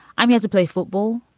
i'm here to play football.